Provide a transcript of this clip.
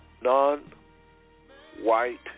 non-white